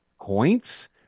points